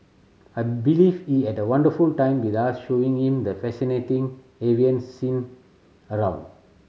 I believe he had a wonderful time with us showing him the fascinating avian scene around